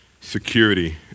security